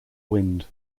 wind